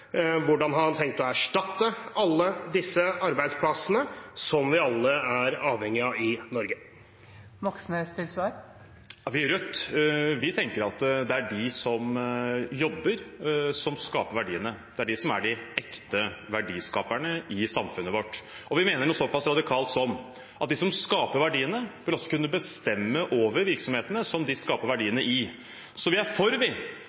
hvordan han har tenkt å erstatte alle disse arbeidsplassene som vi alle er avhengige av i Norge? Vi i Rødt tenker at det er de som jobber, som skaper verdiene. Det er de som er de ekte verdiskaperne i samfunnet vårt, og vi mener noe såpass radikalt som at de som skaper verdiene, også bør kunne bestemme over virksomhetene de skaper verdiene i. Så vi er for å utvide demokratiet til også å gjelde arbeidslivet. Vi